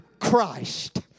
Christ